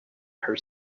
her